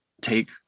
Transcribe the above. take